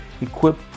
equipped